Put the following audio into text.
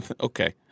okay